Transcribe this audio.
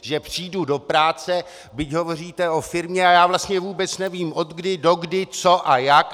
To, že přijdu do práce, a vy hovoříte o firmě, a já vlastně vůbec nevím odkdy dokdy, co a jak.